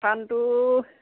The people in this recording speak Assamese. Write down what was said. ফাণ্ডটো